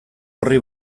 horri